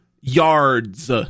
yards